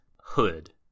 hood